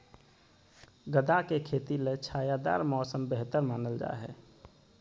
गदा के खेती ले छायादार मौसम बेहतर मानल जा हय